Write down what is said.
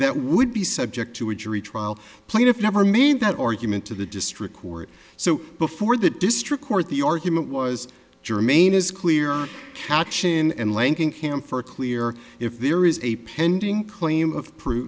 that would be subject to a jury trial plaintiff never made that argument to the district court so before the district court the argument was germane is clear catchin and langham for a clear if there is a pending claim of proof